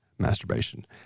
masturbation